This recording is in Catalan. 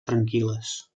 tranquil·les